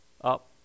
up